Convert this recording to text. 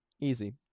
Easy